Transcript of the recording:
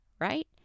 right